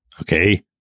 Okay